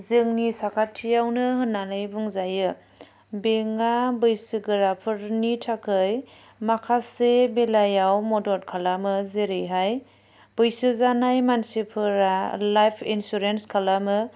जोंनि साखाथियावनो होननानै बुंजायो बेंकआ बैसोगोराफोरनि थाखाय माखासे बेलायाव मदद खालामो जेरैहाय बैसोजानाय मानसिफोरा लाइफ इन्सुरेन्स खालामो